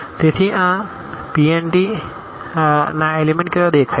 તેથી આ Pn Pn ના એલીમેન્ટ કેવા દેખાય છે